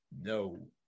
No